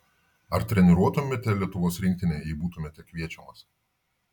ar treniruotumėte lietuvos rinktinę jei būtumėte kviečiamas